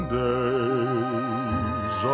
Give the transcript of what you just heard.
days